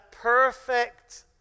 perfect